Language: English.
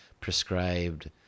prescribed